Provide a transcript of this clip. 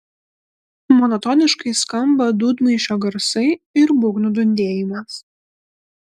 monotoniškai skamba dūdmaišio garsai ir būgnų dundėjimas